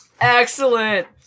Excellent